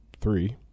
three